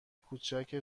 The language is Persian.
کوچک